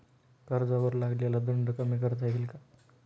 कर्जावर लागलेला दंड कमी करता येईल का?